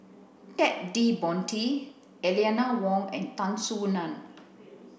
Ted De Ponti Eleanor Wong and Tan Soo Nan